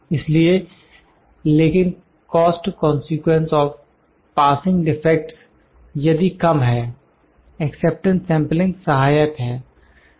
इसलिए लेकिन cost consequences of passing defects यदि कम है एक्सेप्टेंस सेंपलिंग सहायक है